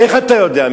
איך אתה יודע?